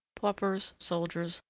paupers, soldiers,